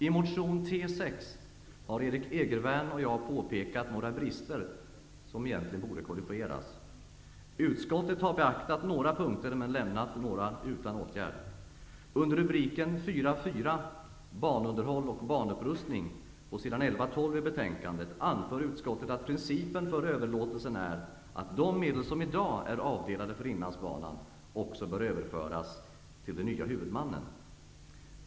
I motion T6 har Erik Egervärn och jag påpekat några brister som borde korrigeras. Utskottet har beaktat några punkter men lämnat några utan åtgärd. Under rubriken 4.4 Banunderhåll och banupprustning på s. 11 och 12 i betänkandet anför utskottet att principen för överlåtelsen är att de medel som i dag är avdelade för Inlandsbanan också bör överföras till den nya huvudmannen.